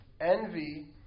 Envy